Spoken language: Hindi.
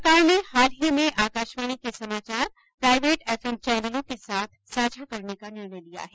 सरकार ने हाल ही में आकाशवाणी के समाचार प्राइवेट एफएम चैनलों के साथ साझा करने का निर्णय लिया है